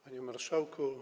Panie Marszałku!